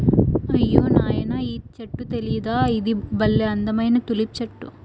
అయ్యో నాయనా ఈ చెట్టు తెలీదా ఇది బల్లే అందమైన తులిప్ చెట్టు